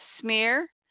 smear